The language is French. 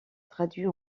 traduits